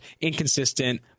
inconsistent